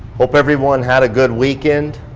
hope everyone had a good weekend.